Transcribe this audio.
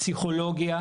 פסיכולוגיה,